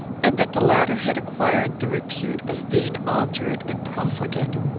and that the latter had acquired the repute of being obdurate and profligate.